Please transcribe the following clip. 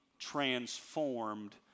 Transformed